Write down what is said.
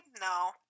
No